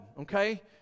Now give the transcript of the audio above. okay